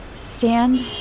Stand